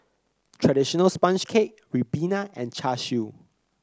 traditional sponge cake ribena and Char Siu